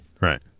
Right